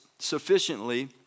Sufficiently